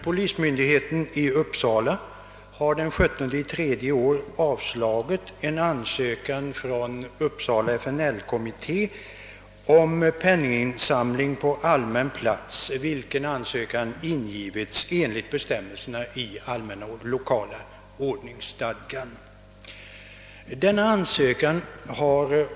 Polismyndigheten i Uppsala har den 17 mars i år avslagit en ansökan från Uppsala FNL-kommitté om penninginsamling på allmän plats, vilken ansökan ingivits enligt bestämmelserna i allmänna lokala ordningsstadgan.